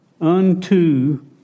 unto